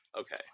Okay